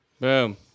Boom